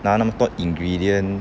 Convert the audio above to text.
那那么多 ingredient